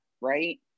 right